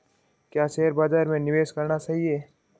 क्या शेयर बाज़ार में निवेश करना सही है?